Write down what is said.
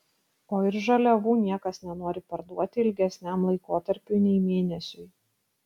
o ir žaliavų niekas nenori parduoti ilgesniam laikotarpiui nei mėnesiui